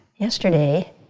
Yesterday